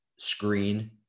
Screen